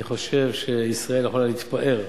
אני חושב שישראל יכולה להתפאר,